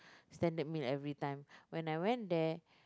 standard meal every time when I went there